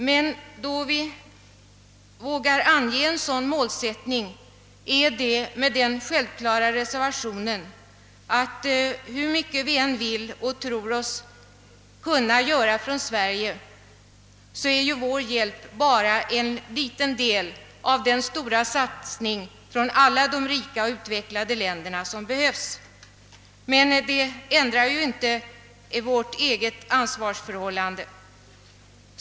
Men då vi vågar ange en sådan målsättning är det med den självklara reservationen att hur mycket vi i Sverige än vill och tror oss kunna göra, är vår hjälp bara en liten del av den stora satsning från alla de rika och utvecklade länderna som behövs. Detta minskar emellertid inte vårt eget ansvar.